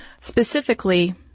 specifically